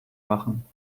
machen